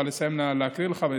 אבל אסיים להקריא לך.